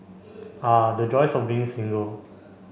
ah the joys of being single